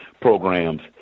programs